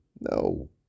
No